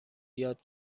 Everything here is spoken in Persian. یاد